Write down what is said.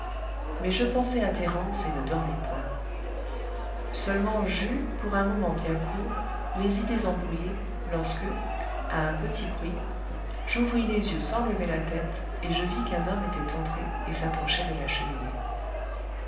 mais je pensai à thérence et ne dormis point seulement j'eus pour un moment bien court les idées embrouillées lorsque à un petit bruit j'ouvris les yeux sans lever la tête et je vis qu'un homme était entré et s'approchait de la cheminée